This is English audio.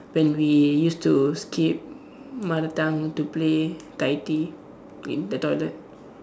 when we used to skip mother tongue to play dai di in the toilet